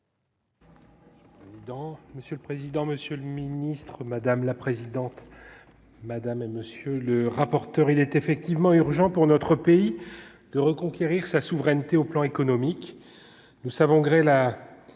monsieur le président, Monsieur le Ministre, madame la présidente, madame et monsieur le rapporteur, il est effectivement urgent pour notre pays de reconquérir sa souveraineté au plan économique, nous savons gré la